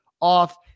off